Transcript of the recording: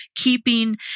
keeping